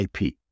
IP